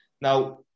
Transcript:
now